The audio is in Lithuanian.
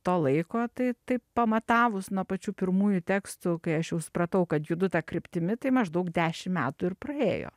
to laiko tai taip pamatavus nuo pačių pirmųjų tekstų kai aš jau supratau kad judu ta kryptimi tai maždaug dešim metų ir praėjo